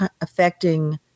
affecting